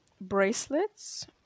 bracelets